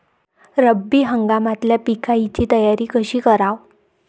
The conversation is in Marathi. रब्बी हंगामातल्या पिकाइची तयारी कशी कराव?